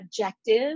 objective